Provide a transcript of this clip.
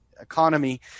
economy